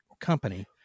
company